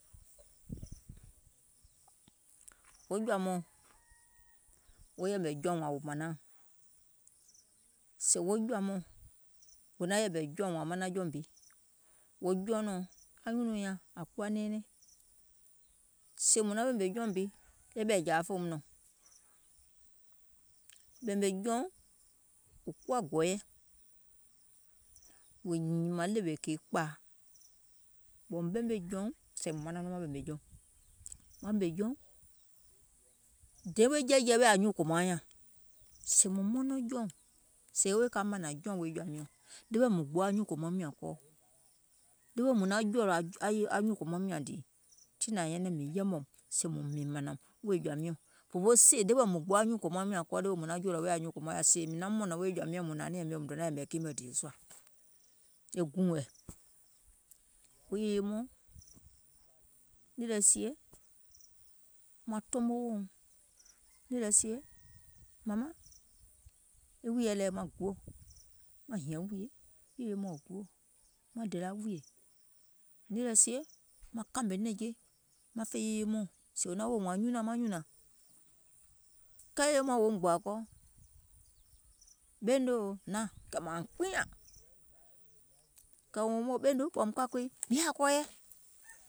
Wo jɔ̀ȧ mɔɔ̀ŋ wo yɛ̀mɛ̀ jɔùŋ wȧȧŋ mȧnȧuŋ, sèè wo jɔ̀ȧ mɔɔ̀ŋ wò naŋ yɛ̀mɛ̀ wo jɔùŋ wȧȧŋ wò manaŋ jɔùŋ bi, wo jɔunɔ̀ɔŋ anyunùuŋ nyȧŋ ȧŋ kuwa nɛɛnɛŋ, sèè mùŋ naŋ ɓèmè jɔùŋ bi e ɓɛ̀ɛ̀jȧa fòoum nɔ̀ŋ, ɓèmè jɔùŋ wò kuwa gɔ̀ɔ̀yɛ, wò nyìmȧŋ ɗèwè kìì kpȧa, ɓɔ̀ùm ɓemè jɔùŋ sèè mùŋ manaŋ nɔŋ maŋ ɓèmè jɔùŋ, maŋ ɓèmè jɔùŋ, dè weè jɛɛ̀jɛɛ̀ ɓɛ̀ nyuùŋ kòmauŋ nyȧŋ, sèè mùŋ mɔnɔŋ jɔùŋ, sèè weè ka mȧnȧŋ jɔùŋ wèè jɔ̀ȧ miɔ̀ŋ, ɗeweɛ̀ mùŋ gboo nyuùŋ kòmaum nyȧŋ kɔɔ, ɗeweɛ̀ mùŋ naŋ jɔ̀ɔ̀lɔ̀ anyuùŋ kòmaum nyȧŋ dìì, tiŋ nȧŋ nyɛnɛŋ sèè mìŋ yɛmɛ̀ùm sèè mìŋ mɔ̀nɔ̀ùm wèè jɔ̀ȧ miɔ̀ŋ, fòfoo sèè ɗeweɛ̀ mùŋ gboo nyuùŋ kòmaum nyȧŋ kɔɔ ɗeweɛ̀ mùŋ nȧŋ jɔ̀ɔ̀lɔ̀ nyuùŋ kòmaum nyȧŋ ɗeweɛ̀ mùŋ naŋ jɔ̀ɔ̀lɔ̀ ɓɛ̀ nyuùŋ kòmaum nyȧŋ sèè mìŋ naum mɔ̀nɔ̀ŋ wèè jɔ̀ȧ miɔ̀ŋ sèè mùŋ hnȧŋ nɛ̀ɛ̀ŋ mio mùŋ donȧŋ yɛ̀mɛ̀ kii mɛ̀ dìò sùȧ, e guùŋ wɛɛ̀, wo yèye mɔɔ̀ŋ, nìì lɛ sie maŋ tomo weèuŋ, nìì lɛ sie mȧmaŋ, e wùìyèɛ lɛɛ̀ maŋ guò, maŋ hiȧŋ wùìyè yèye mɔɔ̀ŋ guò, maŋ dèlȧ wùìyè, nìì lɛ sie maŋ kȧmè nɛ̀ŋje maŋ fè yèye mɔɔ̀ŋ, sèè wò naŋ woò wȧȧŋ nyunȧŋ maŋ nyùnȧŋ, kɛɛ yèye mɔɔ̀ŋ woum gbòȧ kɔɔ ɓeènu òo, hnaȧŋ, kɛ̀ mȧuŋ kpiinyȧŋ, kɛ̀ wòum woò ɓeènu ɓɔ̀ùm ka kuii, mìŋ yaȧa kɔɔyɛ,